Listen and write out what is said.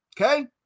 Okay